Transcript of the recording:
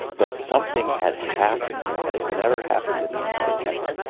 that something had happened that had never happened to me in my life.